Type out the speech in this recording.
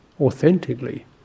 authentically